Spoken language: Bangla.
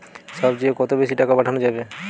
সব চেয়ে কত বেশি টাকা পাঠানো যাবে?